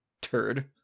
turd